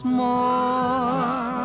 more